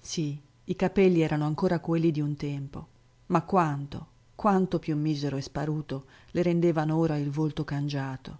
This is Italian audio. sì i capelli erano ancora quelli d'un tempo ma quanto quanto più misero e sparuto le rendevano ora il volto cangiato